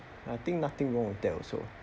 I think nothing wrong with that also